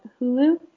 Hulu